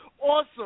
Awesome